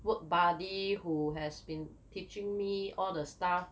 work buddy who has been teaching me all the stuff